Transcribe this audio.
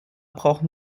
brauchen